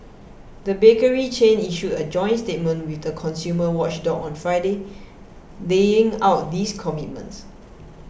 the bakery chain issued a joint statement with the consumer watchdog on Friday laying out these commitments